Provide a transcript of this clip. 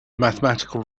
mathematical